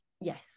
yes